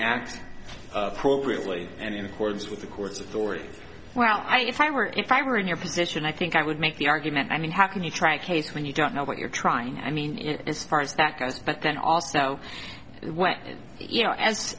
act appropriately and in accordance with the court's authority well i if i were if i were in your position i think i would make the argument i mean how can you try cases when you don't know what you're trying i mean it is far as that goes but then also when you know as